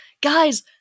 guys